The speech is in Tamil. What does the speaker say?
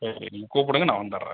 சரி நீங்கள் கூப்பிடுங்க நான் வந்துடுறேன்